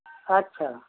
আচ্ছা